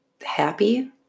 happy